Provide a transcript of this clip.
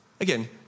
Again